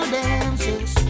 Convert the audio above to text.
dances